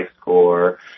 score